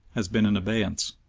has been in abeyance.